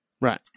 Right